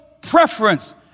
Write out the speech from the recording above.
preference